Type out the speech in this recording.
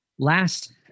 Last